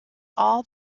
all